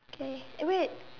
okay eh wait